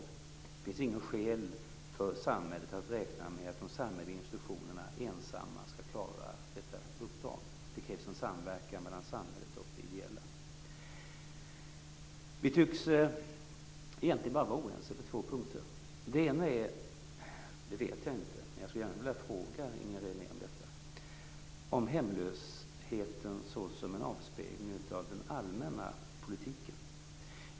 Det finns inget skäl för samhället att räkna med att de samhälleliga institutionerna ensamma skall klara detta uppdrag, utan det krävs en samverkan mellan samhället och det ideella. Vi tycks egentligen vara oense bara på två punkter. Det ena vet jag inte, men jag skulle gärna vilja fråga Inger René om detta, nämligen om hemlösheten såsom en avspegling av den allmänna politiken.